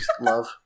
love